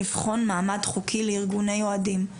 לבחון מעמד חוקי לארגוני אוהדים.